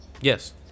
Yes